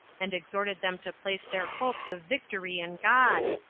and exhorted them to place their hopes of victory in god,